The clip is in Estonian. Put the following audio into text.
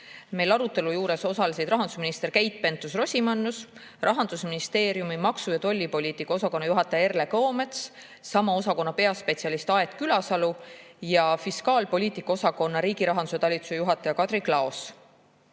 Arutelu juures osalesid rahandusminister Keit Pentus-Rosimannus, Rahandusministeeriumi maksu- ja tollipoliitika osakonna juhataja Erle Kõomets, sama osakonna peaspetsialist Aet Külasalu ja fiskaalpoliitika osakonna riigi rahanduse talituse juhataja Kadri Klaos.